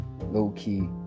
Low-key